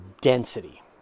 density